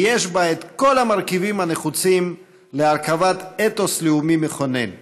כי יש בה את כל המרכיבים הנחוצים להרכבת אתוס לאומי מכונן: